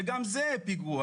שגם זה פיגוע.